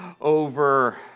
over